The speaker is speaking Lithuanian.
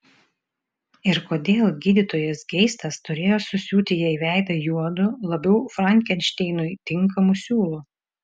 ir kodėl gydytojas geistas turėjo susiūti jai veidą juodu labiau frankenšteinui tinkamu siūlu